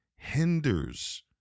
hinders